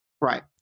right